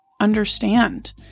understand